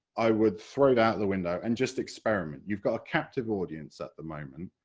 i would throw it out the window and just experiment. you've got a captive audience at the moment.